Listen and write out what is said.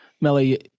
Melly